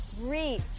Reach